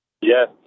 Yes